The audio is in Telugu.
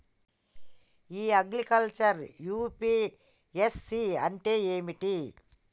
ఇ అగ్రికల్చర్ యూ.పి.ఎస్.సి అంటే ఏమిటి?